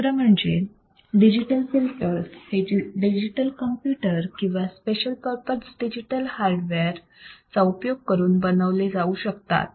दुसर म्हणजे digital filters हे डिजिटल कंप्यूटर किंवा स्पेशल पर्पज डिजिटल हार्डवेअर चा उपयोग करून बनवले जाऊ शकतात